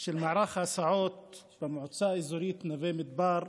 של מערך ההסעות במועצה האזורית נווה מדבר,